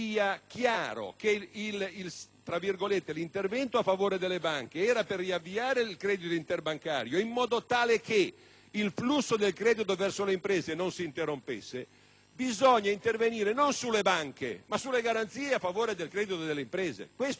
l'intervento a favore delle banche serva a riavviare il credito interbancario, in modo che il flusso del credito verso le imprese non si interrompa, non bisogna intervenire sulle banche, ma sulle garanzie a favore del credito delle aziende. Questo è chiarissimo; non c'è il minimo dubbio.